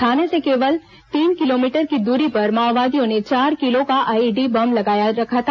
थाने से केवल तीन किलोमीटर की दूरी पर माओवादियों ने चार किलो का आईईडी बम लगा रखा था